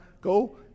go